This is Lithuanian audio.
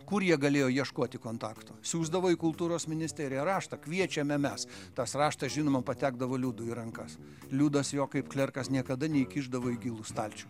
kur jie galėjo ieškoti kontakto siųsdavo į kultūros ministeriją raštą kviečiame mes tas raštas žinoma patekdavo liudui į rankas liudas jo kaip klerkas niekada neįkišdavo į gilų stalčių